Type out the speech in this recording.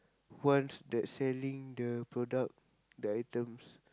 ones that selling the product the items